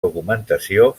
documentació